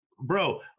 Bro